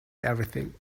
everything